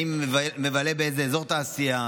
אני מבלה באיזה אזור תעשייה,